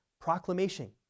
proclamation